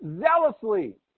zealously